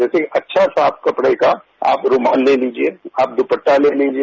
जैसे अच्छे साफ कपड़े का आप रूमाल ले लीजिए आप दुपट्टा ले लीजिए